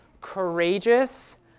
courageous